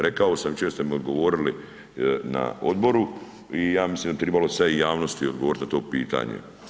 Rekao sam, jučer ste mi odgovorili na odboru i ja mislim da bi tribalo sad i javnosti odgovoriti na to pitanje.